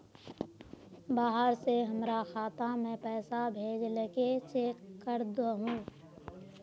बाहर से हमरा खाता में पैसा भेजलके चेक कर दहु?